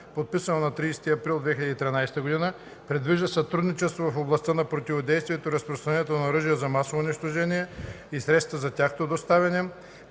подписано на 30 април 2013 г., предвижда сътрудничество в областта на противодействието на разпространяването на оръжия за масово унищожение и средствата за тяхното доставяне,